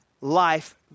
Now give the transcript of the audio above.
life